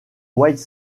white